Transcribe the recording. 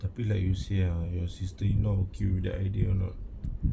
tapi like you see ah your sister in law will kill the idea or not